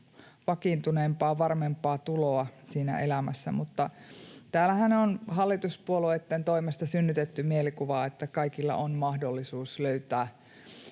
vakiintuneempaa ja varmempaa tuloa elämässä. Täällähän on hallituspuolueitten toimesta synnytetty mielikuvaa, että kaikilla on mahdollisuus löytää